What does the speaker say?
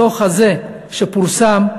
הדוח הזה, שפורסם,